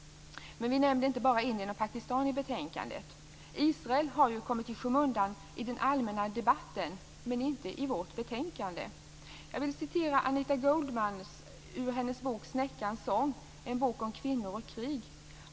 Men vi nämner inte bara Indien och Pakistan i betänkandet. Israel har kommit i skymundan i den allmänna debatten, men inte i vårt betänkande. Jag vill citera ur Anita Goldmans bok Snäckans sång. Det är en bok om kvinnor och krig.